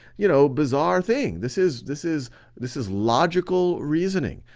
you know, bizarre thing. this is this is this is logical reasoning.